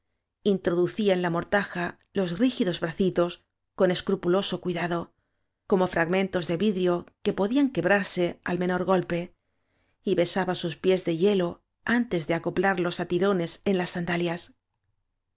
introducía en la mortaja los rígidos bracitos con escrupuloso cuidado como fragmentos de vidrio que podían quebrarse al menor golpe y besaba sus piés de hielo antes de acoplarlos á tirones en las sandalias